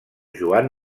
joan